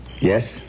Yes